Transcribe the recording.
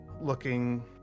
looking